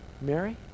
Mary